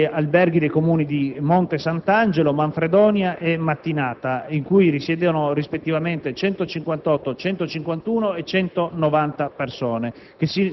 negli alberghi dei Comuni di Monte Sant'Angelo, Manfredonia e Mattinata, in cui risiedono rispettivamente 158, 151 e 190 persone